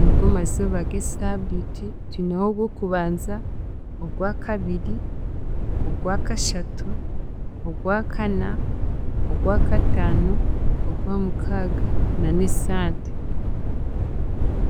Nigo mazooba g'esaabiiti twineho; Ogwokubanza, Ogwakabiri, Ogwakashatu, Ogwakana, Ogwakataano, Ogwamukaaga, na n'Esande.